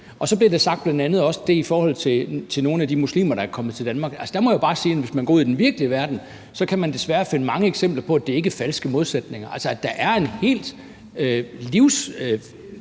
og så blev der bl.a. også sagt det om nogle af de muslimer, der er kommet til Danmark. Altså, der må jeg bare sige, at hvis man går ud i den virkelige verden, kan man desværre finde mange eksempler på, at det ikke er falske modsætninger, altså at der er en helt